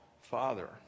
Father